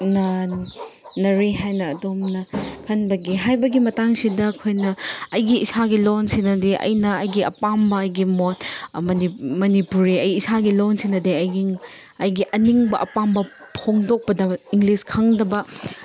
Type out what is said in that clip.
ꯅꯅꯔꯤ ꯍꯥꯏꯅ ꯑꯗꯣꯝꯅ ꯈꯟꯕꯒꯦ ꯍꯥꯏꯕꯒꯤ ꯃꯇꯥꯡꯁꯤꯗ ꯑꯩꯈꯣꯏꯅ ꯑꯩꯒꯤ ꯏꯁꯥꯒꯤ ꯂꯣꯟꯁꯤꯗꯗꯤ ꯑꯩꯅ ꯑꯩꯒꯤ ꯑꯄꯥꯝꯕ ꯑꯩꯒꯤ ꯃꯣꯠ ꯑꯃꯗꯤ ꯃꯅꯤꯄꯨꯔꯤ ꯑꯩ ꯏꯁꯥꯒꯤ ꯂꯣꯟꯁꯤꯅꯗꯤ ꯑꯩꯒꯤ ꯑꯩꯒꯤ ꯑꯅꯤꯡꯕ ꯑꯄꯥꯝꯕ ꯐꯣꯡꯗꯣꯛꯄꯗ ꯏꯪꯂꯤꯁ ꯈꯪꯗꯕ